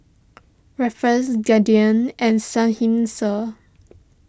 Ruffles Guardian and Seinheiser